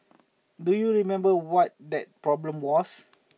do you remember what that problem was